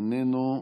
איננו.